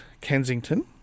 Kensington